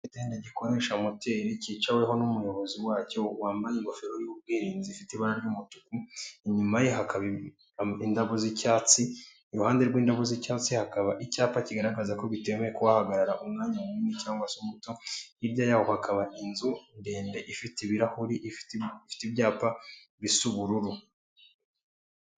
Ikinyamitende gikoresha moteri cyicaweho n'umuyobozi wacyo, wambaye ingofero y'ubwirinzi ifite ibara ry'umutuku, inyuma ye hakaba indabo z'icyats,i iruhande rw'indabo z'icyatsi hakaba icyapa kigaragaza ko bitemewe kuhagarara umwanya munini cyangwa se umuto, hirya yaho hakaba inzu ndende ifite ibirahuri, ifite ibyapa bisa ubururu.